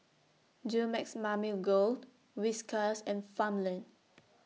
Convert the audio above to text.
Dumex Mamil Gold Whiskas and Farmland